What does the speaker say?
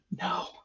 no